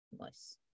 nice